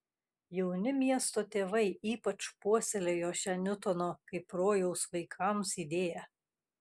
jauni miesto tėvai ypač puoselėjo šią niutono kaip rojaus vaikams idėją